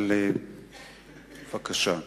אבל בבקשה.